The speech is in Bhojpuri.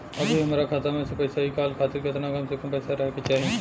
अभीहमरा खाता मे से पैसा इ कॉल खातिर केतना कम से कम पैसा रहे के चाही?